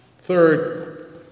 Third